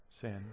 sin